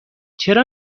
چرا